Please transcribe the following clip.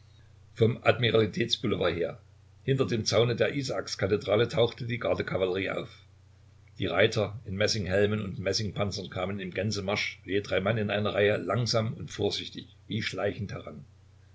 vom admiralitäts boulevard her hinter dem zaune der isaakskathedrale tauchte die gardekavallerie auf die reiter in messinghelmen und messingpanzern kamen im gänsemarsch je drei mann in einer reihe langsam und vorsichtig wie schleichend heran